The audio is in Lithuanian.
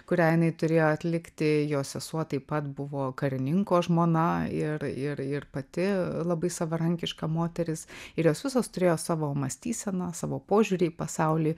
kurią jinai turėjo atlikti jos sesuo taip pat buvo karininko žmona ir ir ir pati labai savarankiška moteris ir jos visos turėjo savo mąstyseną savo požiūrį į pasaulį